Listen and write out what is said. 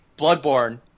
Bloodborne